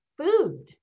food